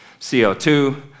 CO2